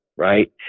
right